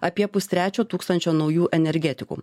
apie pustrečio tūkstančio naujų energetikų